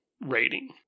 rating